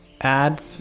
add